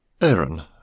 Aaron